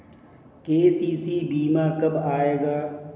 KCC बीमा कब आएगा?